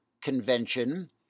Convention